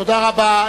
תודה רבה.